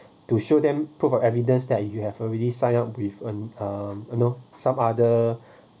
to show them proof or evidence that you have already sign up with a um you know some other